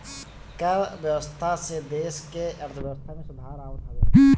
कर व्यवस्था से देस के अर्थव्यवस्था में सुधार आवत हवे